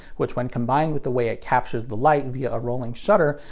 which when combined with the way it captures the light via a rolling shutter,